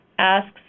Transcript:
asks